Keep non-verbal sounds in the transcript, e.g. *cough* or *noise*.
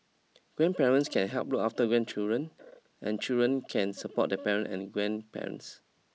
grandparents can help look after grandchildren and children can *noise* support their parent and grandparents